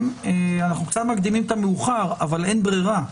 קצת מקדימים את המאוחר, אבל אין ברירה,